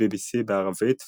BBC בערבית ואל-ערביה,